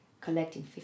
collecting